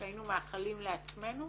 שהיינו מאחלים לעצמנו,